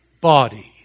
body